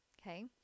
okay